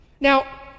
Now